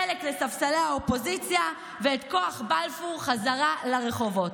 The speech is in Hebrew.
חלק לספסלי האופוזיציה ואת כוח בלפור חזרה לרחובות.